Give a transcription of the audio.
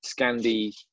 Scandi